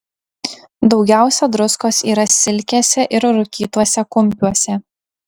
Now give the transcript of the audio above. daugiausia druskos yra silkėse ir rūkytuose kumpiuose